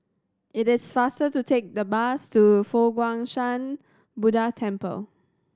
it is faster to take the bus to Fo Guang Shan Buddha Temple